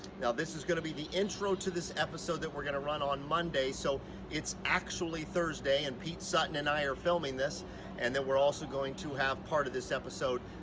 now this is going to be the intro to this episode that we're going to run on monday. so it's actually thursday and pete sutton and i are filming this and then we're also going to have part of this episode,